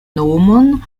nomon